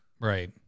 Right